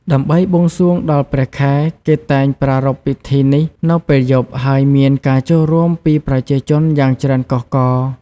ដើម្បីបួងសួងដល់ព្រះខែ គេតែងប្រារព្ធពិធីនេះនៅពេលយប់ ហើយមានការចូលរួមពីប្រជាជនយ៉ាងច្រើនកុះករ។